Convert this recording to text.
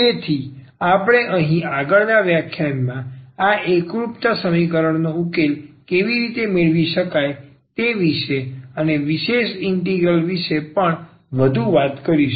તેથી આપણે અહીં આગળનાં વ્યાખ્યાનમાં આ એકરૂપતા સમીકરણનો ઉકેલ કેવી રીતે મેળવી શકાય તે વિશે અને વિશેષ ઇન્ટિગ્રલ વિશે પણ વધુ વાત કરીશું